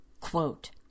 Quote